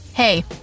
Hey